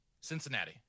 cincinnati